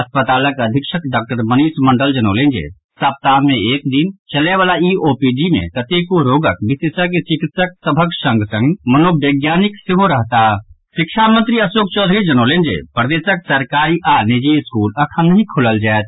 अस्पतालक अधीक्षक डॉक्टर मनीष मंडल जनौलनि जे सप्ताह मे एक दिन चलयवला ई ओपीडी मे कतेको रोगक विशेषज्ञ चिकित्सक सभक संग संग मनोवैज्ञानिक सेहो रहताह शिक्षा मंत्री अशोक चौधरी जनौलनि जे प्रदेशक सरकारी आओर निजी स्कूल अखन नहि खोलल जायत